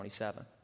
27